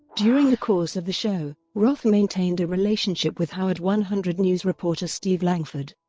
during the course of the show, roth maintained a relationship with howard one hundred news reporter steve langford.